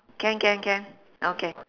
can can can okay